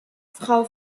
frau